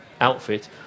outfit